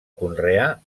conrear